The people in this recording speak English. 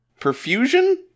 Perfusion